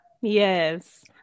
yes